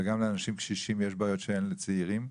וגם לאנשים קשישים יש בעיות שאין לצעירים.